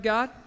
God